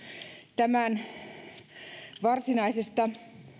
tämän varsinaisesta